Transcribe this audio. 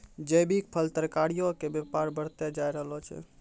जैविक फल, तरकारीयो के व्यापार बढ़तै जाय रहलो छै